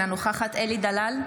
אינה נוכחת אלי דלל,